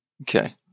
Okay